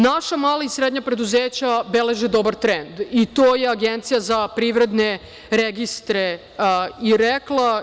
Naša mala i srednja preduzeća beleže dobar trend i to je Agencija za privredne registre i rekla.